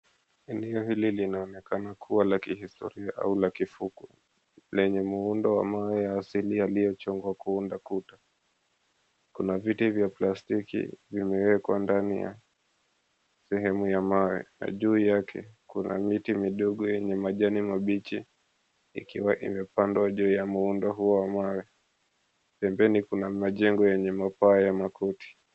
Eneo hili linaonekana kuwa la kihistoria au la kifukwe lenye muundo wa mawe ya asili iliyochongwa kuunda kuta. Kuna viti vya plastiki vimewekwa ndani ya sehemu ya mawe na juu yake kuna miti midogo yenye majani mabichi ikiwa imepandwa juu ya muundo huu wa mawe. Pembeni kuna majengo yenye mapaa ya makuti.